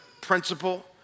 principle